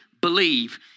believe